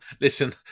Listen